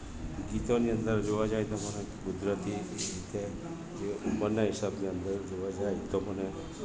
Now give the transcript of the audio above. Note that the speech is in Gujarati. ગીતોની અંદર જોવા જાઈ તો મને ગુજરાતી ગીતે જે મનના હિસાબની અંદર જોવા જાઈ તો મને